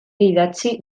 idatzi